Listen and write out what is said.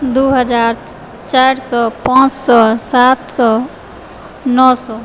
दू हजार चारि सए पाँच सए सात सए नओ सए